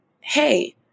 hey